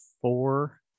four